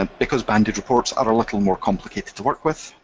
and because banded reports are a little more complicated to work with,